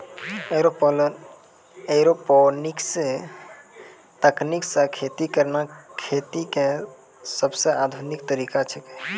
aeroponics तकनीक सॅ खेती करना खेती के सबसॅ आधुनिक तरीका छेकै